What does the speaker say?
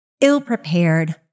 ill-prepared